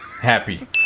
happy